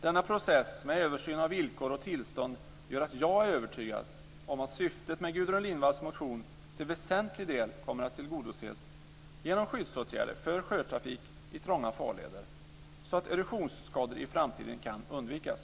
Denna process med översyn av villkor och tillstånd gör att jag är övertygad om att syftet med Gudrun Lindvalls motion till väsentlig del kommer att tillgodoses genom skyddsåtgärder för sjötrafik i trånga farleder så att erosionsskador i framtiden kan undvikas.